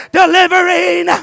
delivering